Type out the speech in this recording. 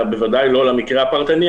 בוודאי לא למקרה הפרטני,